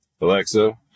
Alexa